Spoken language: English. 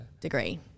degree